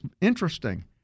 interesting